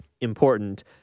important